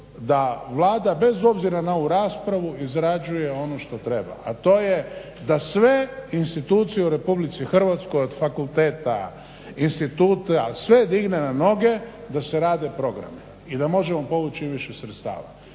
da Vlada bez obzira na ovu raspravu izrađuje ono što treba, a to je da sve institucije u Republici Hrvatskoj od fakulteta, instituta sve digne na noge da se rade programi i da možemo povući više sredstava.